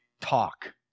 talk